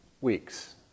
weeks